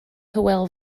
hywel